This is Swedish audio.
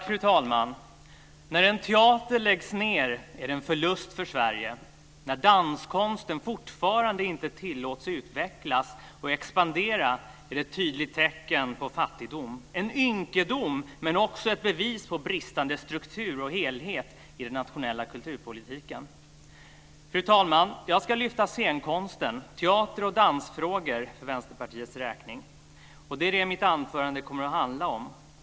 Fru talman! När en teater läggs ned är det en förlust för Sverige. När danskonsten fortfarande inte tillåts utvecklas och expandera är det ett tydligt tecken på fattigdom, en ynkedom, men också ett bevis på bristande struktur och helhet i den nationella kulturpolitiken. Fru talman! Jag ska lyfta fram scenkonsten, teater och dansfrågor för Vänsterpartiets räkning. Det är det mitt anförande kommer att handla om.